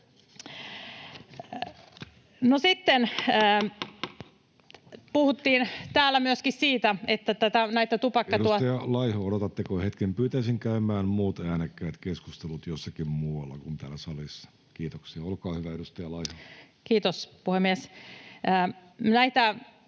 toimenpiteisiin, mikäli siellä tapahtuu muutoksia. — Kiitos. Edustaja Laiho, odotatteko hetken. — Pyytäisin käymään muut äänekkäät keskustelut jossakin muualla kuin täällä salissa, kiitoksia. — Olkaa hyvä, edustaja Laiho. Kiitoksia.